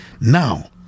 now